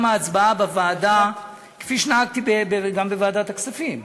גם ההצבעה בוועדה, כפי שנהגתי גם בוועדת הכספים,